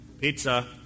pizza